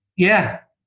yeah